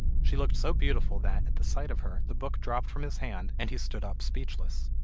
she looked so beautiful that, at the sight of her, the book dropped from his hand, and he stood up speechless.